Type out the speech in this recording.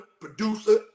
producer